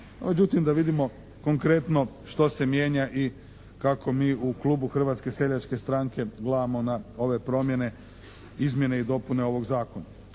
međutim da vidimo konkretno što se mijenja i kako mi u klubu Hrvatske seljačke stranke gledamo na ove promjene izmjene i dopune ovog zakona.